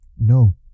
no